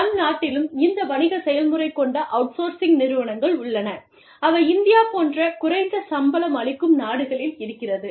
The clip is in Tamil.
நம் நாட்டிலும் இந்த வணிக செயல்முறை கொண்ட அவுட்சோர்சிங் நிறுவனங்கள் உள்ளன அவை இந்தியா போன்ற குறைந்த சம்பளம் அளிக்கும் நாடுகளில் இருக்கிறது